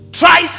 try